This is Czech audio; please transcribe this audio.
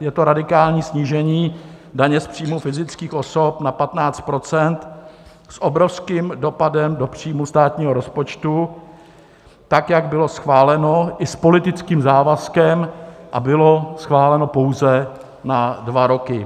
je to radikální snížení daně z příjmů fyzických osob na 15 % s obrovským dopadem do příjmů státního rozpočtu, tak jak bylo schváleno i s politickým závazkem a bylo schváleno pouze na dva roky.